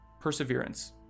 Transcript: perseverance